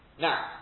Now